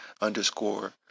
underscore